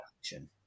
action